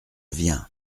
viens